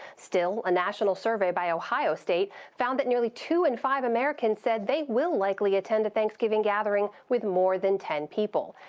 still, a national survey by ohio state found that nearly two in five americans said they will likely attend a thanksgiving gathering with more than ten people.